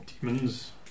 demons